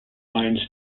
mainz